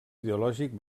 ideològic